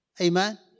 amen